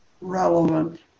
relevant